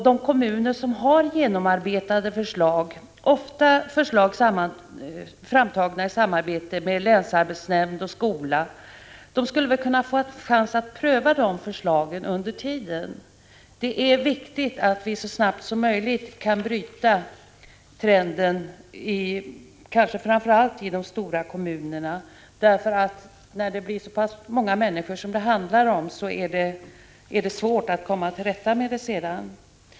De kommuner som har genomarbetade förslag — förslag som ofta är framtagna i samarbete med länsarbetsnämnd och skola — skulle väl kunna få en chans att pröva förslagen under tiden. Det är viktigt att vi så snart som möjligt kan bryta trenden, kanske framför allt i de stora kommunerna. Handlar det om många människor, blir det svårare att senare komma till rätta med förhållandena.